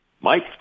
Mike